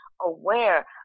aware